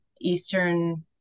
eastern